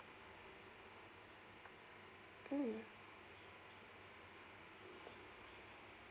mm